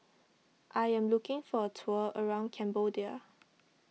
I am looking for a tour around Cambodia